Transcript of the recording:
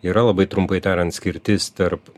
yra labai trumpai tariant skirtis tarp